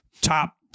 top